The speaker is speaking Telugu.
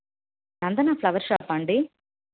నందనా ఫ్లవర్ షాపా అండి